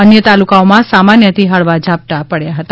અન્ય તાલુકાઓમાં સામાન્યથી હળવા ઝાપટા પડ્યા હતા